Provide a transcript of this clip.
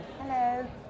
Hello